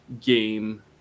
game